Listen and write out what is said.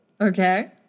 Okay